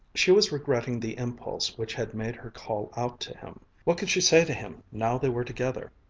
she was regretting the impulse which had made her call out to him. what could she say to him now they were together?